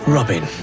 Robin